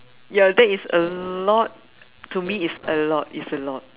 ya that is a lot to me it's a lot it's a lot